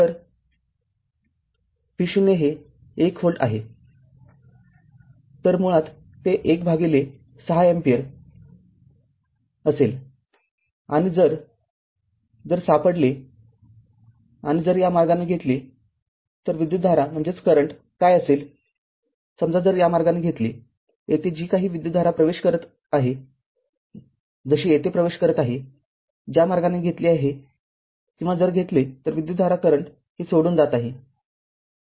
तर V0 हे १ volt आहे तर मुळात ते १ भागिले ६ अँपिअर असेल आणि जर सापडले आणि जर या मार्गाने घेतले तर विद्युतधारा काय असेलसमजा जर या मार्गाने घेतले येथे जी काही विद्युतधारा प्रवेश करत आहे जशी येथे प्रवेश करत आहे ज्या मार्गाने घेतली आहे किंवा जर घेतले तर विद्युतधारा हे सोडून जात आहे